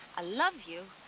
i love you.